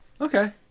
Okay